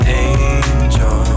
angel